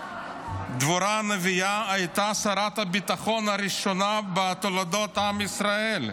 דבורה הנביאה הייתה שרת הביטחון הראשונה בתולדות עם ישראל,